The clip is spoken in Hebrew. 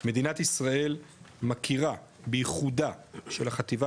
"מדינת ישראל מכירה בייחודה של החטיבה